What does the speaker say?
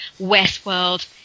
Westworld